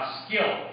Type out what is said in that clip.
skill